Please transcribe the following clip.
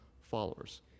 followers